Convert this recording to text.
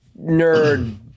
nerd